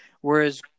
whereas